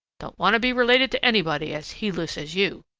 don't want to be related to anybody as heedless as you.